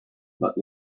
but